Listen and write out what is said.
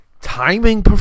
timing